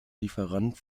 lieferant